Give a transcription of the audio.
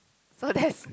so that's